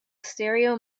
stereo